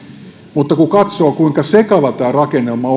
mutta kun katsoo kuinka sekava tämä rakennelma